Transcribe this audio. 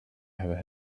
have